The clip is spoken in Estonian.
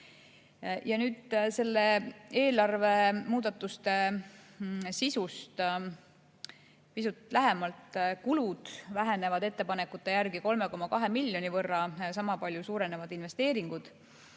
Nüüd selle eelarve muudatuste sisust pisut lähemalt. Kulud vähenevad ettepanekute järgi 3,2 miljoni võrra. Sama palju suurenevad investeeringud.